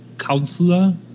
counselor